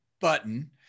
button